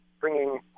bringing